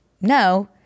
no